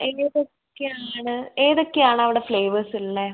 ഏതൊക്കെയാണ് ഏതൊക്കെയാണവിടെ ഫ്ലേവേഴ്സുള്ളത്